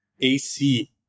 AC